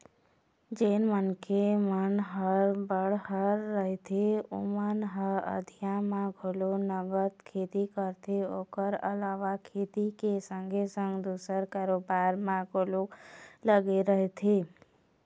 जेन मनखे मन ह बड़हर रहिथे ओमन ह अधिया म घलोक नंगत खेती करथे ओखर अलावा खेती के संगे संग दूसर कारोबार म घलोक लगे रहिथे